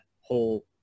whole